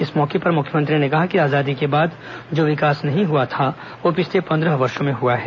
इस अवसर पर मुख्यमंत्री ने कहा कि आजादी के बाद जो विकास नहीं हुआ वो पिछले पंद्रह सालों में हुआ है